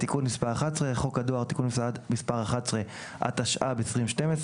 "תיקון מס' 11" חוק הדואר (תיקון מס' 11) התשע"ב 2012,